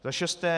Za šesté.